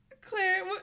Claire